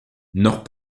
nord